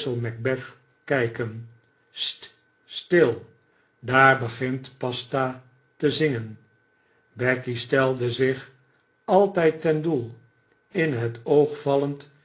kijken st stil daar begint pasta te zingen becky stelde zich altijd ten doel in het oog vallend